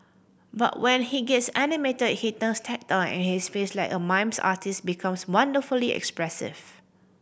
but when he gets animated he turns tactile and his face like a mime artist's becomes wonderfully expressive